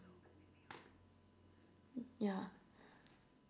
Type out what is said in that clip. ya